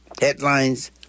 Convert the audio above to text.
headlines